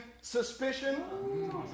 suspicion